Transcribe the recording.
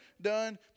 done